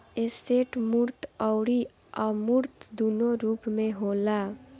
asset मूर्त अउरी अमूर्त दूनो रूप में होला